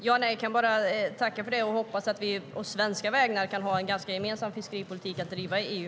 Herr talman! Jag kan bara tacka för det och hoppas att vi å Sveriges vägnar kan ha en ganska gemensam fiskeripolitik att driva i EU.